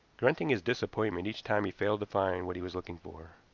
grunting his disappointment each time he failed to find what he was looking for.